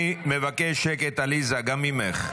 אני מבקש שקט, עליזה, גם ממך.